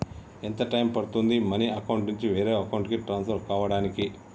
ఎంత టైం పడుతుంది money account నుంచి వేరే అకౌంట్ కి ట్రాన్స్ఫర్ కావటానికి?